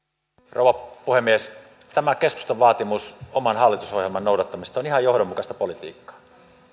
rouva puhemies tämä keskustan vaatimus oman hallitusohjelman noudattamisesta on ihan johdonmukaista politiikkaa